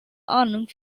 ahnung